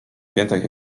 piętach